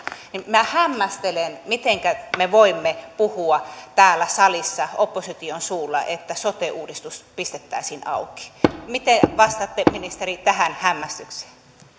minä hämmästelen mitenkä me voimme puhua täällä salissa opposition suulla että sote uudistus pistettäisiin auki miten vastaatte ministeri tähän hämmästykseen